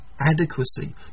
adequacy